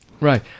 Right